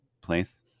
place